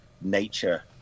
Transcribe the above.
nature